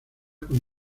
con